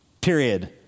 period